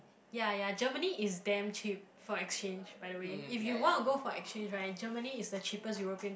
ya ya Germany is damn cheap for exchange by the way if you want to go for exchange right Germany is the cheapest European